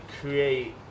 create